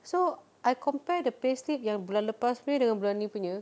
so I compare the payslip yang bulan lepas punya dengan bulan ini punya